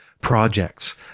projects